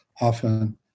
often